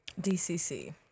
DCC